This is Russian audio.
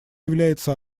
является